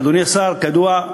אדוני השר, כידוע,